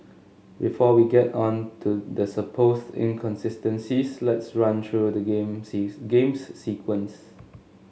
before we get on to the supposed inconsistencies let's run through the game sees game's sequence